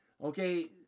Okay